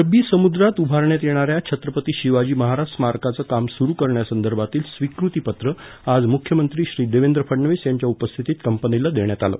अरबी समुद्रात उभारण्यात येणाऱ्या छत्रपती शिवाजी महाराज स्मारकाचं काम सुरू करण्यासंदर्भातील स्वीकृतीपत्र आज मुख्यमंत्री श्री देवेंद्र फडणवीस यांच्या उपस्थितीत कंपनीला देण्यात आलं